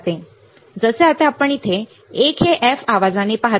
जसे आपण येथे 1 हे f आवाजाने पाहता